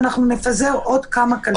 נפזר עוד כמה קלפיות.